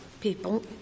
people